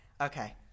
okay